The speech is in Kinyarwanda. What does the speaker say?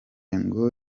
ngo